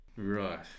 right